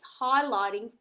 highlighting